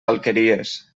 alqueries